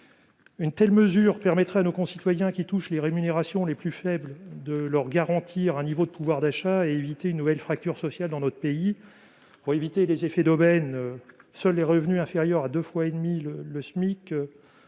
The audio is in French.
Une telle mesure permettrait de garantir à nos concitoyens qui perçoivent les rémunérations les plus faibles le maintien de leur niveau de pouvoir d'achat et de prévenir l'émergence d'une nouvelle fracture sociale dans notre pays. Pour éviter les effets d'aubaine, seuls les revenus inférieurs à deux fois et demie le SMIC